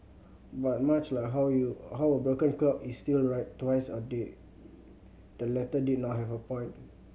but much like how you how a broken clock is still right twice a day the letter did not have a point